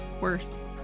worse